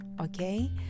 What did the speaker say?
okay